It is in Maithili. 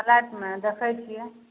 फ्लाइटमे देखै छिए